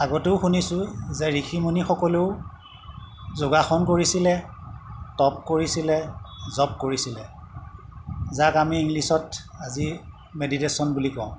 আগতেও শুনিছোঁ যে ঋষিমুনিসকলেও যোগাসন কৰিছিলে টপ কৰিছিলে জপ কৰিছিলে যাক আমি ইংলিছত আজি মেডিটেশ্যন বুলি কওঁ